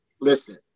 listen